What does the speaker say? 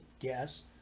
yes